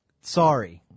Sorry